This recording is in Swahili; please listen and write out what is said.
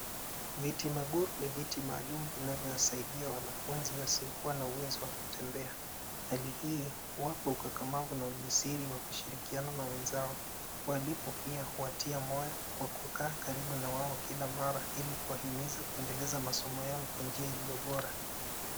Viti maguru ni viti maalum vinavyo wasaidia wanafunzi wasio kuwa na uwezo wa kutembea. Hali hii huwapa ukakamavu na ujasiri wa kushirikiana na wenzao. Walimu pia huwatia moyo kwa kukaa karibu nao kila mara ili kuwa himiza kuendeleza masomo yao kwa njia iliyo bora.